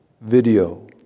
video